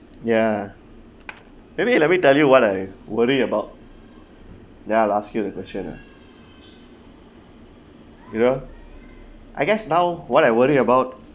ya maybe you let me tell you what I worry about then I'll ask you the question ah you know I guess now what I worry about